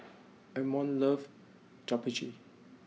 Amon love Japchae